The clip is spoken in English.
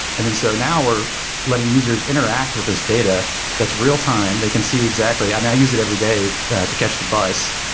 and then so now, we're letting users interact with this data that's real-time. they can see exactly i mean, i use it every day to catch the bus.